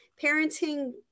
Parenting